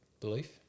Belief